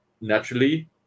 naturally